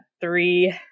three